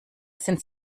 sind